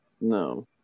No